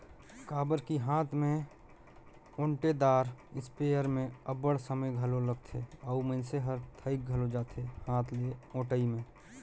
काबर कि हांथ में ओंटेदार इस्पेयर में अब्बड़ समे घलो लागथे अउ मइनसे हर थइक घलो जाथे हांथ ले ओंटई में